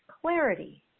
clarity